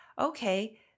okay